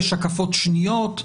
יש הקפות שניות.